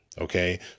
Okay